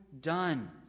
done